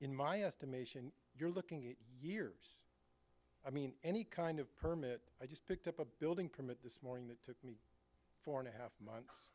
in my estimation you're looking at years i mean any kind of permit i just picked up a building permit this morning that took me four and a half months